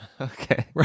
Okay